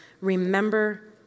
remember